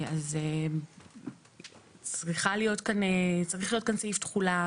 אז צריך להיות כאן סעיף תחולה.